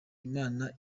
imana